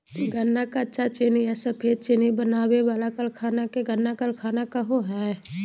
गन्ना कच्चा चीनी या सफेद चीनी बनावे वाला कारखाना के गन्ना कारखाना कहो हइ